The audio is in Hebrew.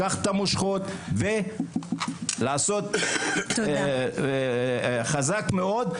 לקחת את המושכות ולעשות חזק מאוד,